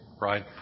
Right